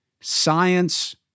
Science